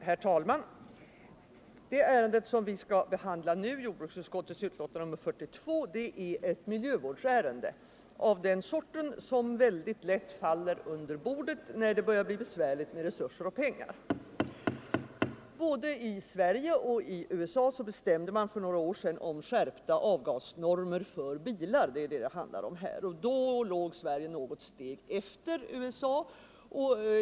Herr talman! Det ärende vi nu behandlar — jordbruksutskottets betänkande nr 42 — är ett miljövårdsärende av den sorten som mycket lätt faller under bordet när det börjar bli besvärligt med resurser och pengar. Både i Sverige och USA bestämde man för några år sedan om skärpta avgasnormer för bilar — det är detta det handlar om här i dag. Då låg Sverige något steg efter USA.